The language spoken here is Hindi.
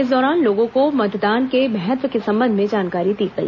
इस दौरान लोगों को मतदान के महत्व के संबंध में जानकारी दी गई